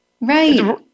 Right